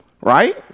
Right